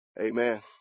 Amen